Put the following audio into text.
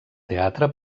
teatre